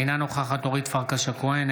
אינה נוכחת אורית פרקש הכהן,